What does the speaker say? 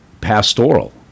pastoral